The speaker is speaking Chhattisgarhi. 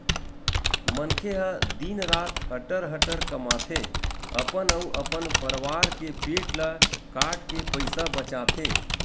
मनखे ह दिन रात हटर हटर कमाथे, अपन अउ अपन परवार के पेट ल काटके पइसा बचाथे